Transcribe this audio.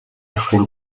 ахуйн